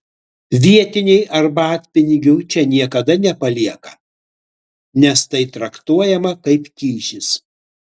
vietiniai arbatpinigių čia niekada nepalieka nes tai traktuojama kaip kyšis